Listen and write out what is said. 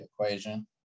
equation